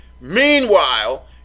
Meanwhile